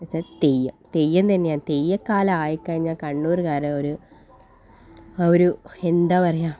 എന്നു വെച്ചാൽ തെയ്യം തെയ്യം തന്നെയാണ് തെയ്യക്കാലായി കഴിഞ്ഞാൽ കണ്ണൂര്കാര് അവർ ഒരു എന്താ പറയാ